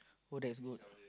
oh that's good